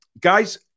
Guys